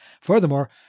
Furthermore